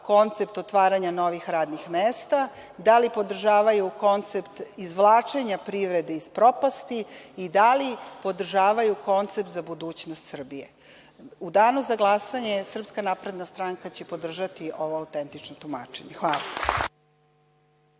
koncept otvaranja novih radnih mesta, da li podržavaju koncept izvlačenja privrede iz propasti i da li podržavaju koncept za budućnost Srbije. U danu za glasanje SNS će podržati ovo autentično tumačenje. Hvala.